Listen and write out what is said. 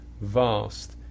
vast